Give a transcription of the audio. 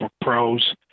Pros